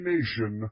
Nation